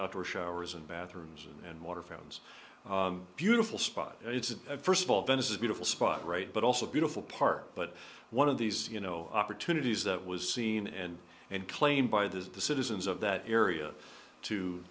some showers and bathrooms and water fountains beautiful spot it's a first of all venice is a beautiful spot right but also beautiful park but one of these you know opportunities that was seen and and claimed by the citizens of that area to